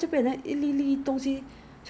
I think yeah